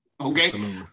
okay